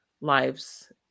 lives